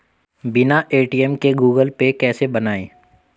बिना ए.टी.एम के Google pay कैसे बनायें?